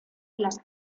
las